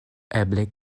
eble